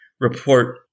report